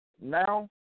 Now